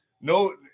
no